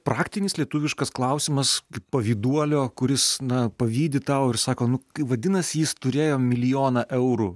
praktinis lietuviškas klausimas kaip pavyduolio kuris na pavydi tau ir sako nu k vadinas jis turėjo milijoną eurų